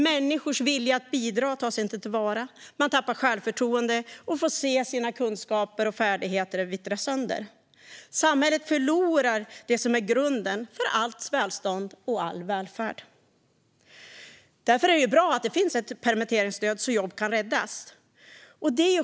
Människors vilja att bidra tas inte till vara, och de tappar självförtroende och får se sina kunskaper och färdigheter vittra sönder. Samhället förlorar det som är grunden för allt välstånd och all välfärd. Därför är det bra att det finns ett permitteringsstöd så att jobb kan räddas.